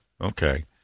Okay